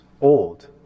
old